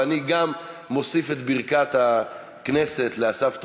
ואני מוסיף את ברכת הכנסת לאסף טרובק,